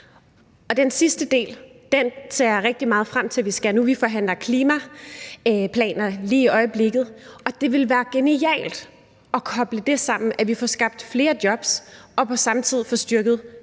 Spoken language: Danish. Den sidste del ser jeg meget frem til. Vi forhandler klimaplaner lige i øjeblikket, og det ville være genialt at koble det sammen, altså at vi får skabt flere jobs og samtidig får styrket